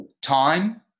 time